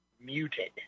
muted